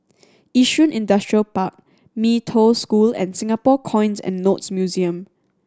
Yishun Industrial Park Mee Toh School and Singapore Coins and Notes Museum